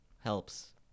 helps